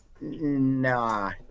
nah